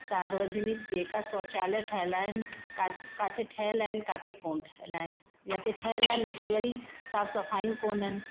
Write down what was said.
सार्वजनिक जेका शौचालय ठहियल आहिनि काथ किथे ठहियल आहिनि किथे कोन ठहियल आहिनि जिते ठहियल आहिनि उते वरी साफ़ु सफ़ायूं कोन्हनि